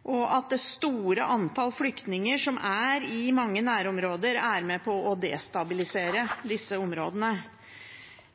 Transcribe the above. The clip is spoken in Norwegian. og fordi det store antallet flyktninger som er i mange nærområder, er med på å destabilisere disse områdene.